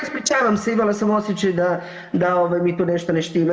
Ispričavam se, imala sam osjećaj da mi tu nešto ne štima.